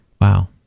Wow